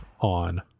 on